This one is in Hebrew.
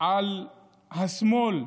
על השמאל,